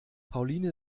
pauline